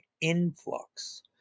influx